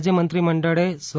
રાજ્ય મંત્રી મંડળે સ્વ